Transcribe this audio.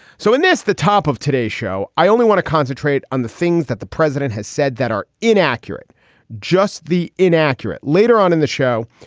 so in this the top of today's show, i only want to concentrate on the things that the president has said that are inaccurate just the inaccurate. later on in the show,